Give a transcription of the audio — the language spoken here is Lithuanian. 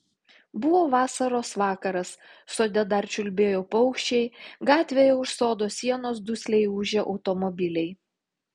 buvo vasaros vakaras sode dar čiulbėjo paukščiai gatvėje už sodo sienos dusliai ūžė automobiliai